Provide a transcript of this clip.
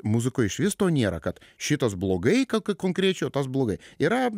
muzikoj išvis to nėra kad šitas blogai ką konkrečiaio tas blogai yra